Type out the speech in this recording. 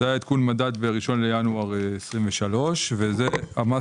זה עדכון מדד ב-1 בינואר 2023. זה המס